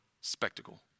spectacle